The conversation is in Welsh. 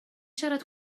siarad